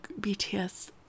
BTS